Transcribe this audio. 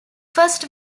first